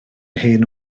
hen